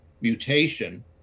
mutation